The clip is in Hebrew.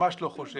ממש לא חושב,